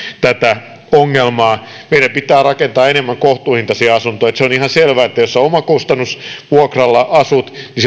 tätä ongelmaa meidän pitää rakentaa enemmän kohtuuhintaisia asuntoja se on ihan selvää että jos omakustannusvuokralla asut niin